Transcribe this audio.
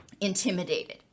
intimidated